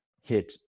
hit